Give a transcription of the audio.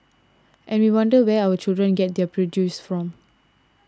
and we wonder where our children get their prejudices from